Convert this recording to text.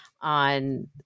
on